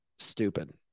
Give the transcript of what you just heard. stupid